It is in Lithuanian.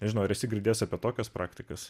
nežinau ar esi girdėjęs apie tokias praktikas